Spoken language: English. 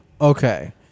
okay